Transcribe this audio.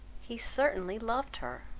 he certainly loved her.